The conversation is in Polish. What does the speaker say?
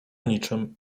niczym